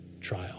trial